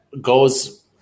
goes